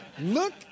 look